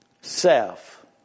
self